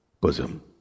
bosom